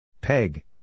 Peg